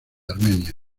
armenia